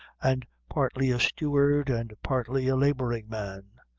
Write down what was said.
and partly a steward, and partly a laboring man.